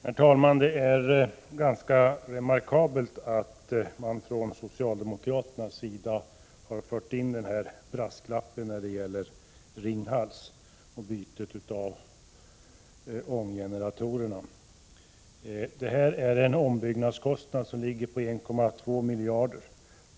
Herr talman! Det är ganska remarkabelt att man från socialdemokratins sida har fört in den här brasklappen när det gäller bytet av ånggeneratorerna i Ringhals. Ombyggnadskostnaden ligger på 1,2 miljarder.